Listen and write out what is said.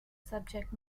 subject